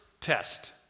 test